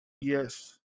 Yes